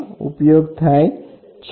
તો શું થાય છે